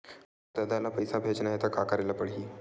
मोर ददा ल पईसा भेजना हे त का करे ल पड़हि?